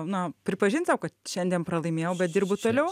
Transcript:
na pripažint sau kad šiandien pralaimėjau bet dirbu toliau